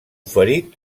ferit